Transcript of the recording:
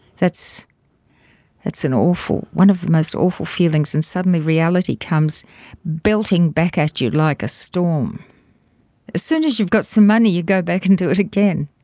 that's that's an awful, one of the most awful feelings, and suddenly reality comes belting back at you like a storm. as soon as you've got some money you go back and do it again.